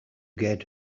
get